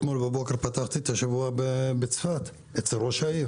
אתמול בבוקר פתחתי את השבוע בצפת אצל ראש העיר